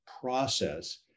process